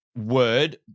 word